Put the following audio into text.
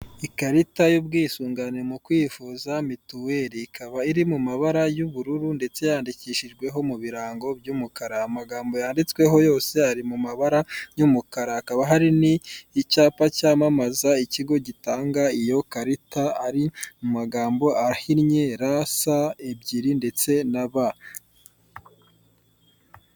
Urupapuro rusa ubururu ruriho intoki ziri kwandika kuri mudasobwa, hariho amagambo avuga ngo uburyo ki wakohereza ibintu kuri murandasi, ukoresheje mudasobwa.